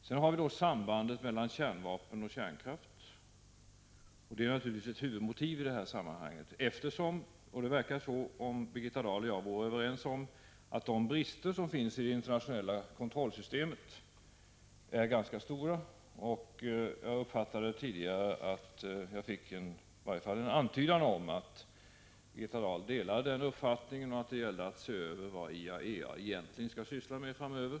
Sedan har vi sambanden mellan kärnvapen och kärnkraft. Det är naturligtvis ett huvudmotiv i det här sammanhanget, eftersom de brister som finns i det internationella kontrollsystemet är ganska stora. Jag fick tidigare i varje fall en antydan om att Birgitta Dahl delar den uppfattningen och att hon menade att det gällde att se över vad IAEA egentligen skall syssla med framöver.